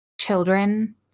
children